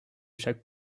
chaque